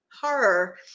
horror